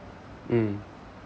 mm